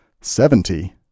Seventy